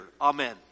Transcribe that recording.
Amen